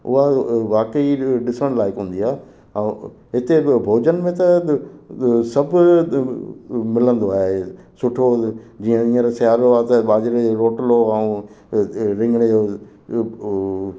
उहा वाकई ॾिसण लाइक़ु हूंदी आहे ऐं हिते बि भोजन में त सभु मिलंदो आहे सुठो जीअं हींअर सिआरो आहे त बाजरे जो रोटलो ऐं रिंगड़ जो उहो